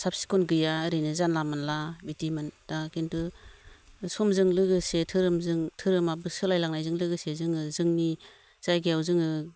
साब सिखोन गैया ओरैनो जानला मनला बिदिमोन दा खिन्थु समजों लोगोसे धोरोमाबो सोलायलांनायजों लोगोसे जोङो जोंनि जायगायाव जोङो